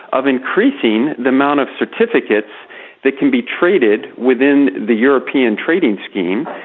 of increasing the amount of certificates that can be traded within the european trading scheme,